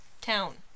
town